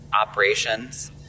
operations